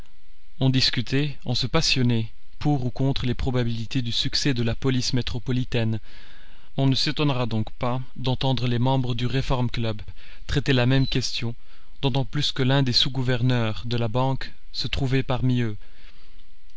on discutait on se passionnait pour ou contre les probabilités du succès de la police métropolitaine on ne s'étonnera donc pas d'entendre les membres du reform club traiter la même question d'autant plus que l'un des sous gouverneurs de la banque se trouvait parmi eux